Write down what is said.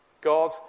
God